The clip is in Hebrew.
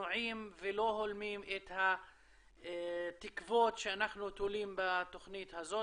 צנועים ולא הולמים את התקוות שאנחנו תולים בתוכנית הזאת,